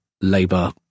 Labour